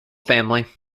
family